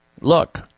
look